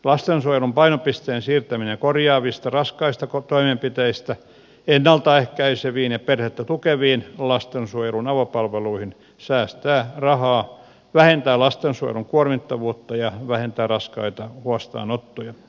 lastensuojelun painopisteen siirtäminen korjaavista raskaista toimenpiteistä ennalta ehkäiseviin ja perhettä tukeviin lastensuojelun avopalveluihin säästää rahaa vähentää lastensuojelun kuormittavuutta ja vähentää raskaita huostaanottoja